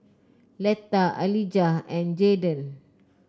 Letta Alijah and Jayden